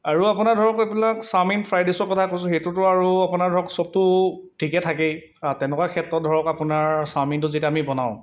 আৰু আপোনাৰ ধৰক এইবিলাক চাওমিন ফ্ৰাইড ড্ৰাইছৰ কথা কৈছোঁ সেইটোতো আৰু আপোনাৰ ধৰক চবটো ঠিকে থাকেই তেনেকুৱা ক্ষেত্ৰত ধৰক আপোনাৰ চাওমিনটো যেতিয়া আমি বনাওঁ